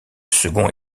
second